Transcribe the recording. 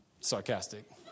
sarcastic